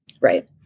Right